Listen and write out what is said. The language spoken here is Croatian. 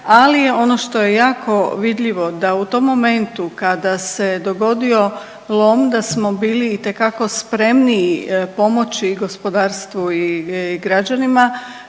ali ono što je jako vidljivo da u tom momentu kada se dogodio lom da smo bili itekako spremniji pomoći gospodarstvu i građanima